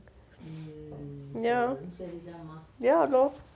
ya lor ya lor